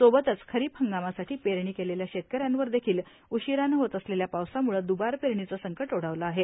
सोबतच खरीप इंगामासाठी पेरणी केलेल्या शेतकऱ्यांवर देखिल उशिरानं क्षेत असलेल्या पावसामुळे दुबार पेरणीचं संकट ओढावलं आहे